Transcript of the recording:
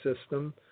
system